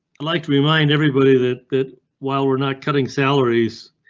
like to remind everybody that that while we're not cutting salaries.